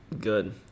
good